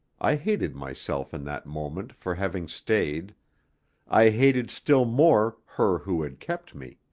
i hated myself in that moment for having stayed i hated still more her who had kept me.